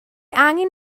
angen